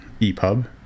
EPUB